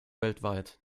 weltweit